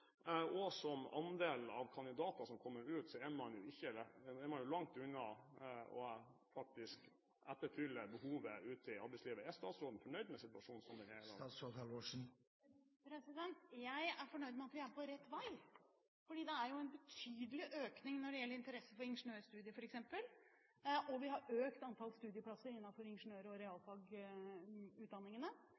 forhold til andel både av en samlet arbeidsstyrke i Norge og av kandidater som kommer ut, er man jo langt unna faktisk å etterfylle behovet ute i arbeidslivet. Er statsråden fornøyd med situasjonen som den er i dag? Jeg er fornøyd med at vi er på rett vei. For det er en betydelig økning når det gjelder interesse for ingeniørstudiet f.eks., og vi har økt antallet studieplasser innenfor ingeniør- og